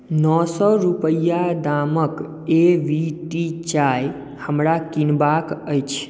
नओ सए रुपैआ दामक ए वी टी चाय हमरा किनबाक अछि